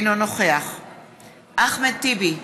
אינו נוכח אחמד טיבי,